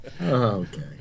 Okay